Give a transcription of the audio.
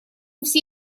все